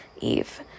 Eve